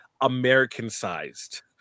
American-sized